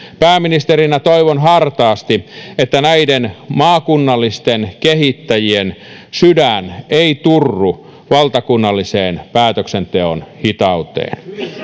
pääministerinä toivon hartaasti että näiden maakunnallisten kehittäjien sydän ei turru valtakunnalliseen päätöksenteon hitauteen